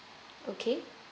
okay